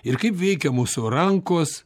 ir kaip veikia mūsų rankos